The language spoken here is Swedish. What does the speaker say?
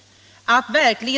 konferensen för